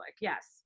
yes